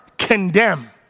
condemn